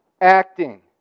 acting